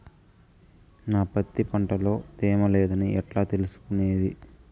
నా పత్తి పంట లో తేమ లేదని ఎట్లా తెలుసుకునేది?